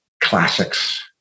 classics